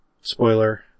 spoiler